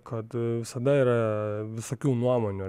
kad visada yra visokių nuomonių